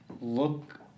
look